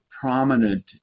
prominent